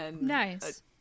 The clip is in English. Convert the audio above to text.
Nice